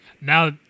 Now